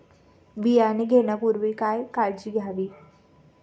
बियाणे घेण्यापूर्वी काय काळजी घ्यावी?